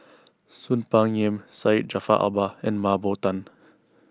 Soon Peng Yam Syed Jaafar Albar and Mah Bow Tan